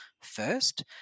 first